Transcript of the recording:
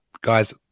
guys